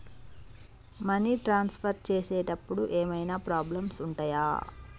Money transfer చేసేటప్పుడు ఏమైనా problems ఉంటయా?